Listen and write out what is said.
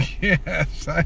Yes